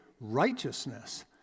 righteousness